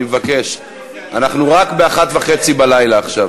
אני מבקש, אנחנו רק ב-01:30 עכשיו.